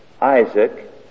Isaac